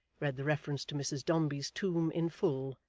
read the reference to mrs dombey's tomb in full,